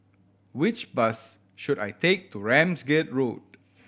which bus should I take to Ramsgate Road